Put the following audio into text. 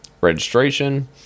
registration